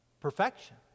Perfection